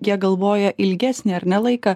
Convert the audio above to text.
jie galvoja ilgesnį ar ne laiką